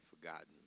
forgotten